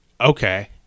okay